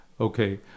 Okay